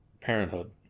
parenthood